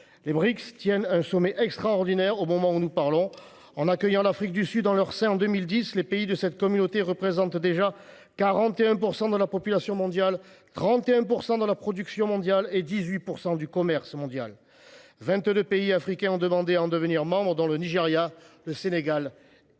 Les Brics tiennent un sommet extraordinaire en ce moment même. Ayant accueilli l’Afrique du Sud en leur sein en 2010, les pays de cette communauté représentent déjà 41 % de la population mondiale, 31 % de la production mondiale et 18 % du commerce mondial. Déjà, 22 pays africains ont demandé à en devenir membres, dont le Nigéria, le Sénégal et l’Algérie.